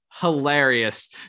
hilarious